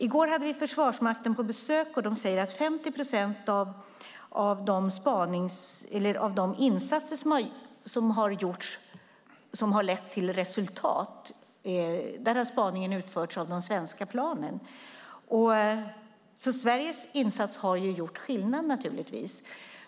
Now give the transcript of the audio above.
I går hade vi Försvarsmakten på besök, och de säger att i 50 procent av de insatser som har lett till resultat har spaningen utförts av de svenska planen, så Sveriges insats har naturligtvis gjort skillnad.